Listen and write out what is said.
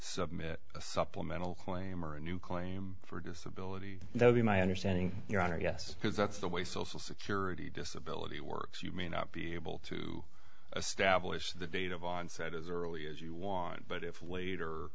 submit a supplemental claim or a new claim for disability though the my understanding your honor yes because that's the way social security disability works you may not be able to establish the date of onset as early as you want but if later